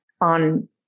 on